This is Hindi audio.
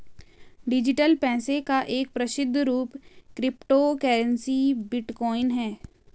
डिजिटल पैसे का एक प्रसिद्ध रूप क्रिप्टो करेंसी बिटकॉइन है